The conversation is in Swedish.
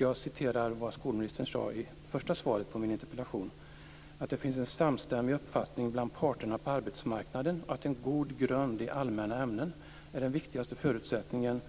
Jag citerar vad skolministern sade i det skriftliga svaret på min interpellation: "I dag finns en samstämmig uppfattning bland parterna på arbetsmarknaden, att en god grund i allmänna ämnen är den viktigaste förutsättningen